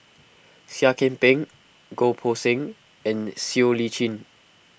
Seah Kian Peng Goh Poh Seng and Siow Lee Chin